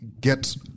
get